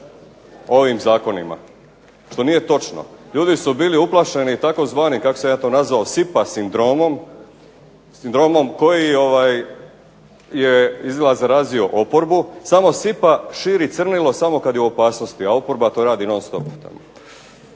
ovim zakonima što nije točno. Ljudi su bili uplašeni tzv., kako sam ja to nazvao, sipa sindromom koji je izgleda zarazio oporbu, samo sipa širi crnilo samo kad je u opasnosti, a oporba to radi non-stop.